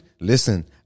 listen